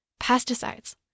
pesticides